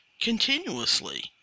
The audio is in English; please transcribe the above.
continuously